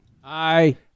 Hi